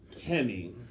Kemi